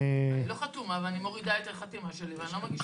אני לא חתומה ואני מורידה את החתימה שלי ואני לא מגישה.